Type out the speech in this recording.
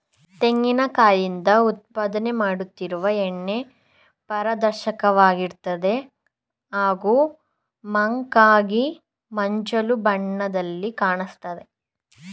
ತೆಂಗಿನ ಕಾಯಿಂದ ಉತ್ಪಾದನೆ ಮಾಡದಿರುವ ಎಣ್ಣೆ ಪಾರದರ್ಶಕವಾಗಿರ್ತದೆ ಹಾಗೂ ಮಂಕಾಗಿ ಮಂಜಲು ಬಣ್ಣದಲ್ಲಿ ಕಾಣಿಸ್ತದೆ